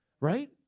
right